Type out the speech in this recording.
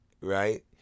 Right